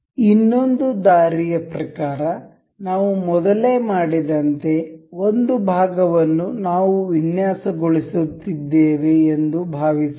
ಇನ್ನೊಂದು ದಾರಿಯ ಪ್ರಕಾರ ನಾವು ಮೊದಲೇ ಮಾಡಿದಂತೆ ಒಂದು ಭಾಗವನ್ನು ನಾವು ವಿನ್ಯಾಸಗೊಳಿಸುತ್ತಿದ್ದೇವೆ ಎಂದು ಭಾವಿಸೋಣ